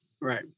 Right